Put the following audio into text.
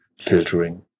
filtering